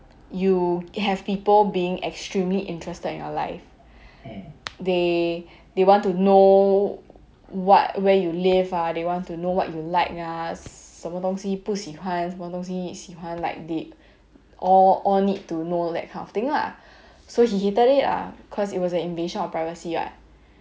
you have people being extremely interested in your life they they want to know what where you live ah they want to know what you like ah 什么东西不喜欢什么东西喜欢 like they all all need to know that kind of thing lah so he hated it ah cause it was an invasion of privacy what